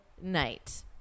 night